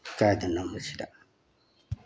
ꯀꯥꯏꯗ ꯅꯝꯃꯣ ꯁꯤꯗ